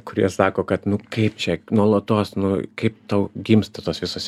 kurie sako kad nu kaip čia nuolatos nu kaip tau gimsta tos visos